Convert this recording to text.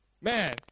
man